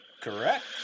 correct